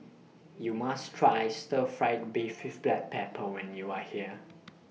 YOU must Try Stir Fried Beef with Black Pepper when YOU Are here